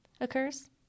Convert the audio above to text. occurs